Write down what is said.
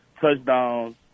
touchdowns